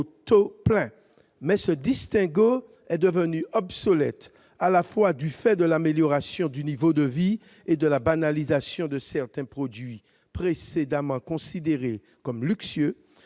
taux plein. Cette distinction est devenue obsolète du fait à la fois de l'amélioration du niveau de vie et de la banalisation de certains produits précédemment considérés comme luxueux.